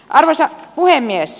arvoisa puhemies